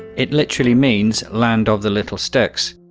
it literally means land of the little sticks.